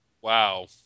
Wow